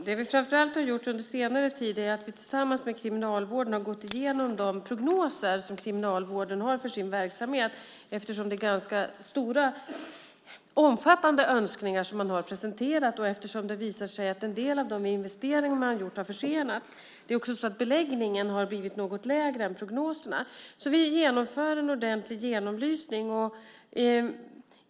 Herr talman! Det vi under senare tid framför allt gjort är att tillsammans med Kriminalvården gå igenom de prognoser som Kriminalvården har för sin verksamhet. De har presenterat ganska omfattande önskningar, och det har också visat sig att en del av de investeringar som gjorts har försenats. Beläggningen har dessutom blivit något lägre än prognoserna visade. Vi gör en ordentlig genomlysning.